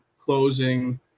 closing